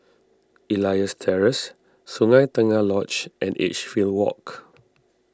Elias Terrace Sungei Tengah Lodge and Edgefield Walk